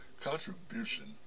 contribution